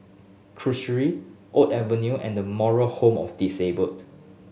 Oak Avenue and The Moral Home of Disabled